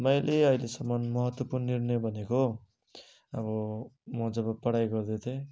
मैले अहिलेसम्म महत्त्वपूर्ण निर्णय भनेको अब म जब पढाइ गर्दै थिएँ